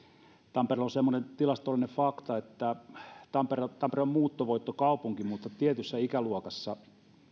tampereella on semmoinen tilastollinen fakta että tampere on muuttovoittokaupunki mutta tietyssä ikäluokassa